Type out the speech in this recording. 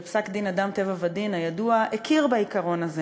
בפסק-דין "אדם, טבע ודין" הידוע, הכיר בעיקרון הזה